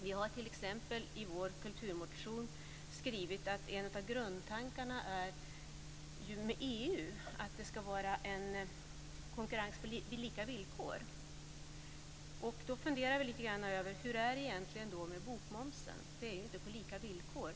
Vi har t.ex. i vår kulturmotion skrivit att en av grundtankarna inom EU är konkurrens på lika villkor. Vi funderar lite grann över hur det egentligen är med bokmomsen. Den tas inte ut på lika villkor.